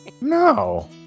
No